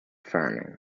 farming